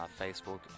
Facebook